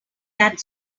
that